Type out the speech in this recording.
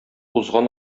узган